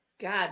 God